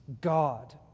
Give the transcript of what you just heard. God